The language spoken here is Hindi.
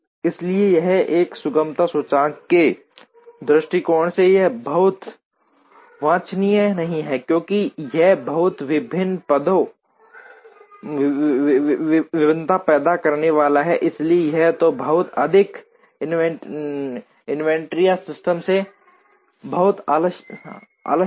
इसलिए यह एक सुगमता सूचकांक के दृष्टिकोण से यह बहुत वांछनीय नहीं है क्योंकि यह बहुत भिन्नता पैदा करने वाला है इसलिए या तो बहुत अधिक इन्वेंट्री या सिस्टम में बहुत आलस्य है